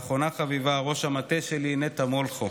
ואחרונה חביבה, ראש המטה שלי נטע מולכו,